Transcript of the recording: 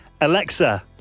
Alexa